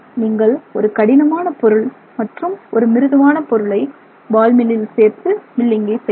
நீங்கள் ஒரு கடினமான பொருள் மற்றும் ஒரு மிருதுவான பொருளை பால் மில்லில் சேர்த்து மில்லிங்கை செய்யலாம்